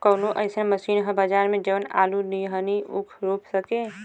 कवनो अइसन मशीन ह बजार में जवन आलू नियनही ऊख रोप सके?